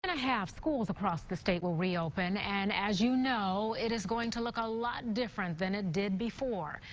and a hal schools across the state will reopen. and as you know. it is going to look a lot different than it did before.